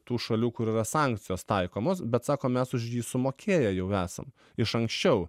tų šalių kur yra sankcijos taikomos bet sako mes už jį sumokėję jau esam iš anksčiau